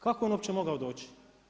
Kako je on uopće mogao doći?